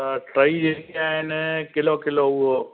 त ट्रई जेके आइन किलो किलो उहो